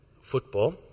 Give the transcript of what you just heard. football